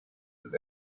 was